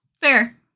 fair